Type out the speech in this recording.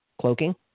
cloaking